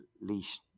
leash